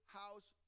house